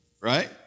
right